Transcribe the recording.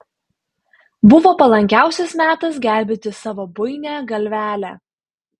buvo palankiausias metas gelbėti savo buinią galvelę